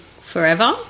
forever